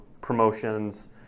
promotions